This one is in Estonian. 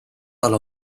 tal